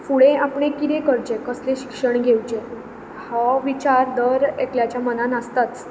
फुडें आपणे कितें करचें कसलें शिक्षण घेवचें हो विचार दर एकल्याच्या मनांन आसताच